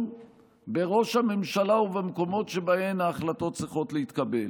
בראשות הממשלה ובמקומות שבהם ההחלטות צריכות להתקבל.